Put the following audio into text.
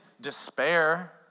despair